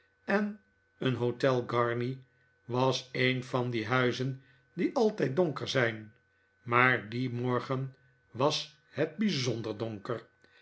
en een hotel garni was een van die huizen die altijd donker zijn maar dien morgen was het bijzonder donker